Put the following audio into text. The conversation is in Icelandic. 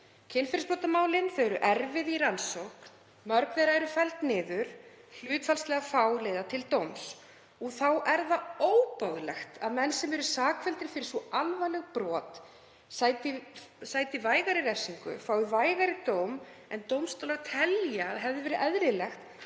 Kynferðisbrotamálin eru erfið í rannsókn. Mörg þeirra eru felld niður og hlutfallslega fá leiða til dóms. Þá er það óboðlegt að menn sem eru sakfelldir fyrir svo alvarleg brot sæti vægari refsingu, fái vægari dóm en dómstólar telja að hefði verið eðlilegt,